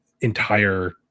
entire